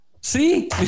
See